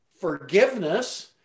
forgiveness